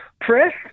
press